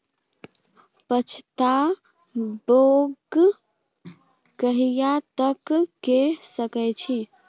पछात बौग कहिया तक के सकै छी?